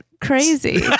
crazy